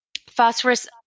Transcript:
Phosphorus